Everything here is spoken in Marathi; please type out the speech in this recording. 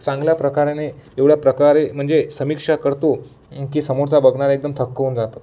चांगल्या प्रकाराने एवढ्या प्रकारे म्हणजे समीक्षा करतो की समोरचा बघणार एकदम थक्क होऊन जातो